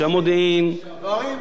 לא, של עכשיו.